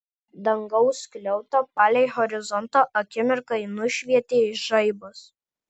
dangaus skliautą palei horizontą akimirkai nušvietė žaibas